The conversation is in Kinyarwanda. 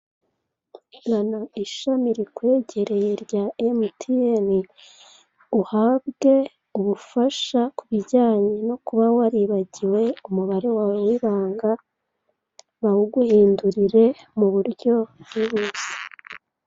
Gana ishami rikwegereye rya emutiyeni, uhabwe ubufasha ku bijyanye no kuba waribagiwe umubare wawe w'ibanga, bawuguhindurire mu buryo bwihuse.